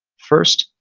first,